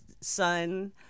son